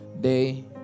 day